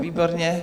Výborně.